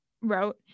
wrote